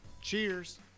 Cheers